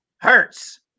hurts